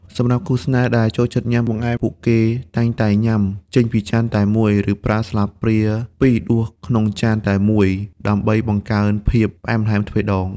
សម្រាប់គូស្នេហ៍ដែលចូលចិត្តញ៉ាំបង្អែម ពួកគេតែងតែញ៉ាំចេញពីចានតែមួយ ឬប្រើស្លាបព្រាពីរដួសក្នុងចានតែមួយ ដើម្បីបង្កើនភាពផ្អែមល្ហែមទ្វេរដង។